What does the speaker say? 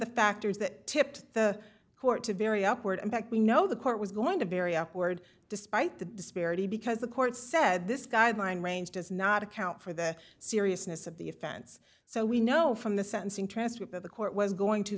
the factors that tipped the court to very upward in fact we know the court was going to bury upward despite the disparity because the court said this guideline range does not account for the seriousness of the offense so we know from the sentencing transcript of the court was going to